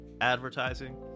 advertising